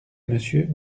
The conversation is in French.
monsieur